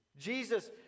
Jesus